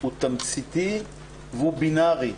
ותמציתי ובינרי.